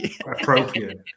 appropriate